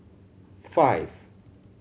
five